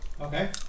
Okay